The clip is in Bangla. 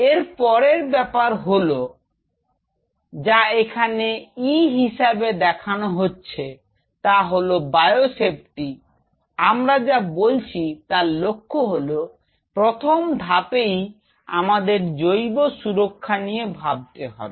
এর পরের ব্যাপার হলো যা এখানে E হিসেবে দেখানো হচ্ছে তা হল বায়োসেফটি আমরা যা বলছি তার লক্ষ্য হলো প্রথম ধাপেই আমাদের জৈব সুরক্ষা নিয়ে ভাবতে হবে